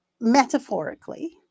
metaphorically